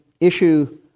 issue